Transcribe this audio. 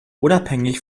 unabhängig